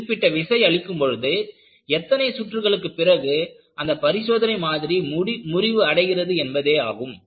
குறிப்பிட்ட விசை அளிக்கும் பொழுதுஎத்தனை சுற்றுகளுக்கு பிறகு அந்த பரிசோதனை மாதிரி முறிவு அடைகிறது என்பதேயாகும்